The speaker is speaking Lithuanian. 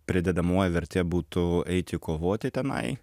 pridedamoji vertė būtų eiti kovoti tenai